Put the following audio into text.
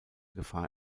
gefahr